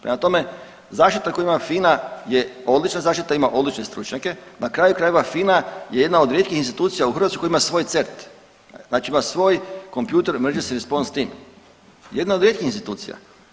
Prema tome, zaštita koju ima FINA je odlična zaštita, ima odlične stručnjake na kraju krajeva FINA je jedna od rijetkih institucija u Hrvatskoj koja ima svoj CERT znači ima svoj Computer Emergency Responske Team, jedna od rijetkih institucija.